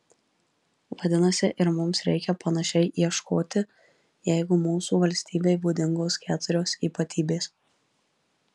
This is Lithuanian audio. vadinasi ir mums reikia panašiai ieškoti jeigu mūsų valstybei būdingos keturios ypatybės